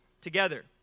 together